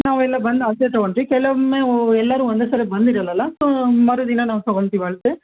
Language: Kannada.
ನಾವೆಲ್ಲ ಬಂದು ಅಳತೆ ತಗೊಂತಿವಿ ಕೆಲವೊಮ್ಮೆ ಎಲ್ಲರೂ ಒಂದೇ ಸಲಕ್ಕೆ ಬಂದಿರಲ್ಲಲ್ಲ ಸೋ ಮರುದಿನ ನಾವು ತಗೊಂತಿವಿ ಅಳತೆ